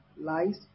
lies